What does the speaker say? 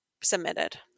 submitted